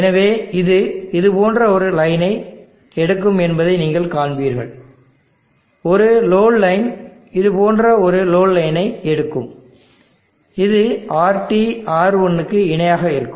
எனவே இது இது போன்ற ஒரு லைனை எடுக்கும் என்பதை நீங்கள் காண்பீர்கள் ஒரு லோடு லைன் இது போன்ற ஒரு லோடு லைனை எடுக்கும் இது RT R1 க்கு இணையாக இருக்கும்